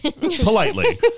politely